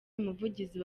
umuvugizi